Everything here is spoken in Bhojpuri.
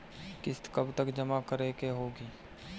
किस्त कब तक जमा करें के होखी?